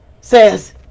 says